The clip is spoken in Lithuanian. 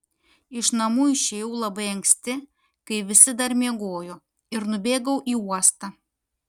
iš namų išėjau labai anksti kai visi dar miegojo ir nubėgau į uostą